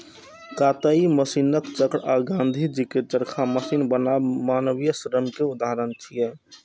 कताइ मशीनक चक्र आ गांधीजी के चरखा मशीन बनाम मानवीय श्रम के उदाहरण छियै